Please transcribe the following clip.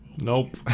nope